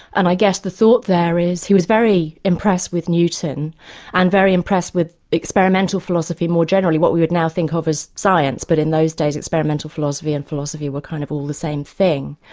and i guess the thought there is he was very impressed with newton and very impressed with experimental philosophy more generally, what we would now think of as science, but in those days experimental philosophy and philosophy were kind of all the same thing.